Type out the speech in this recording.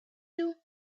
you